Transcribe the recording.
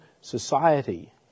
society